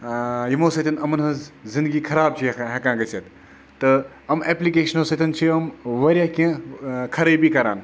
آ یِمو سۭتۍ یِمَن ہٕنٛز زِنٛدگی خراب چھِ ہٮ۪کان گٔژھِتھ تہٕ یِم ایٮ۪پلِکیشنو سۭتۍ چھِ یِم واریاہ کیٚنٛہہ خرٲبی کَران